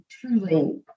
truly